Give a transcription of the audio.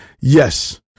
Yes